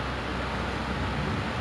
do you know what